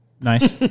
Nice